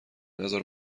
نزار